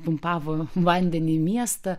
pumpavo vandenį į miestą